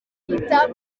ryita